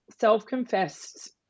self-confessed